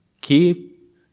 keep